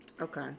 Okay